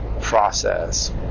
process